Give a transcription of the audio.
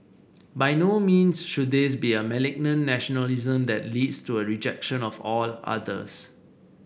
by no means should this be a malignant nationalism that leads to a rejection of all others